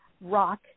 rock